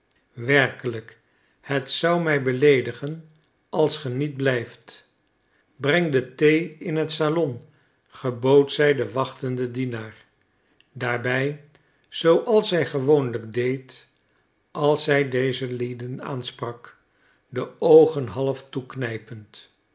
werkelijk het zou mij beleedigen als ge niet blijft breng de thee in het salon gebood zij den wachtenden dienaar daarbij zooals zij gewoonlijk deed als zij deze lieden aansprak de oogen half toeknijpend